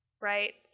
right